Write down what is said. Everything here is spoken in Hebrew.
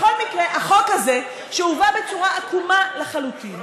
בכל מקרה, החוק הזה הובא בצורה עקומה לחלוטין,